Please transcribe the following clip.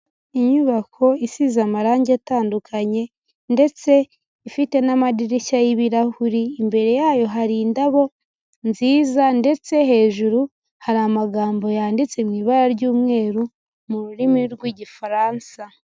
Inyubako isize amarange atandukanye ndetse ifite n'amadirishya y'ibirahuri, imbere yayo hari indabo nziza ndetse hejuru hari amagambo yanditse mu ibara ry'umweru mu rurimi rw'igifaransa.